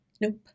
Nope